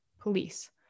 police